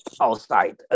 outside